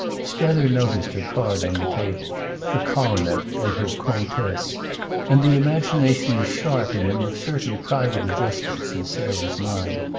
strether noticed her card on the table her coronet and her comtesse and the imagination was sharp in him of certain private adjustments in sarah's mind.